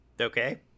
Okay